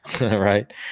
Right